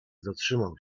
zatrzymał